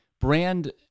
brand